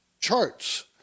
charts